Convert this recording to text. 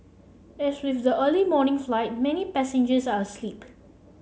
as with the early morning flight many passengers are asleep